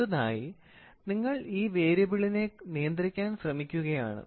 അടുത്തതായി നിങ്ങൾ ഈ വേരിയബിളിനെ നിയന്ത്രിക്കാൻ ശ്രമിക്കുകയാണ്